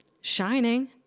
shining